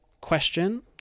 question